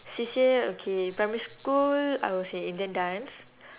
C_C_A okay primary school I was in indian dance